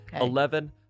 Eleven